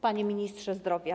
Panie Ministrze Zdrowia!